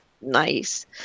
nice